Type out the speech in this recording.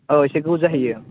अ एसे गोबाव जाहैयो